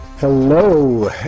Hello